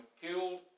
killed